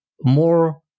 more